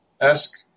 ask